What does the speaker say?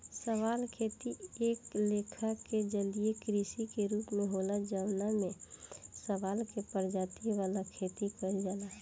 शैवाल खेती एक लेखा के जलीय कृषि के रूप होला जवना में शैवाल के प्रजाति वाला खेती कइल जाला